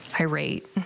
irate